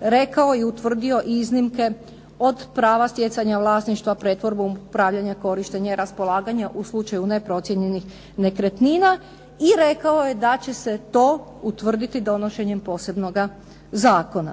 rekao i utvrdio iznimke od prava stjecanja vlasništva pretvorbom upravljanja, korištenja i raspolaganja u slučaju neprocijenjenih nekretnina i rekao je da će se to utvrditi donošenjem posebnoga zakona.